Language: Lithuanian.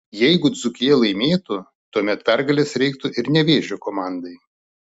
jeigu dzūkija laimėtų tuomet pergalės reiktų ir nevėžio komandai